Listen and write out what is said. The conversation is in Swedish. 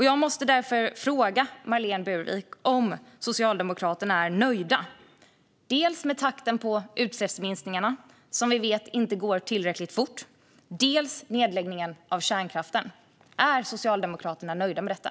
Jag måste därför fråga Marlene Burwick om Socialdemokraterna är nöjda dels med takten på utsläppsminskningarna, som vi vet inte sker tillräckligt fort, dels med nedläggningen av kärnkraften. Är Socialdemokraterna nöjda med detta?